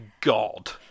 god